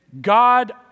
God